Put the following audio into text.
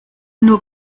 nur